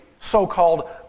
so-called